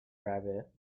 rabbit